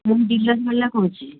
ମୁଁ ଡିଲର୍ ବାଲା କହୁଛି